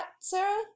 Sarah